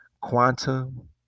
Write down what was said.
quantum